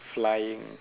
flying